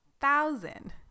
thousand